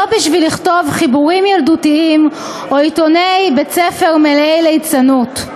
לא בשביל לכתוב חיבורים ילדותיים או עיתוני בית-ספר מלאי ליצנות'.